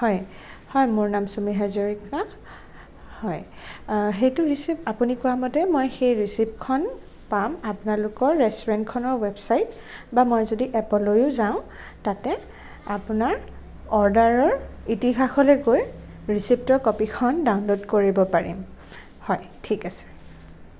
হয় হয় মোৰ নাম চুমি হাজৰীকা হয় সেইটো ৰিশ্বিপ্ট আপুনি কোৱা মতে মই সেই ৰিশ্বিপ্টখন পাম আপোনালোকৰ ৰেষ্টুৰেণ্টখনৰ ৱেবচাইট বা মই যদি এপলৈয়ো যাওঁ তাতে আপোনাৰ অৰ্ডাৰৰ ইতিহাসলৈ গৈ ৰিশ্বিপ্টৰ কপিখন ডাউনল'ড কৰিব পাৰিম হয় ঠিক আছে